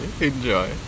enjoy